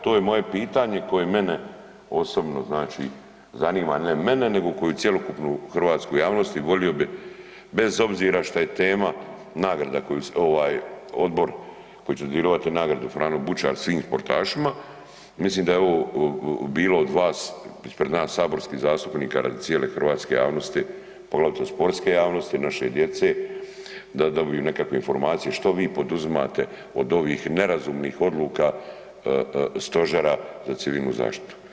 Evo, to je moje pitanje koje mene osobno znači zanima, ne mene, nego koju cjelokupnu hrvatsku javnost i volio bi bez obzira što je tema nagrada koju ste, odbor koji će dodjeljivati nagradu „Franjo Bučar“ svim sportašima, mislim da je ovo bilo od vas, ispred nas saborskih zastupnika radi cijele hrvatske javnosti, poglavito sportske javnosti, naše djece, da dobiju nekakve informacije što vi poduzimate od ovih nerazumnih odluka Stožera za civilnu zaštitu.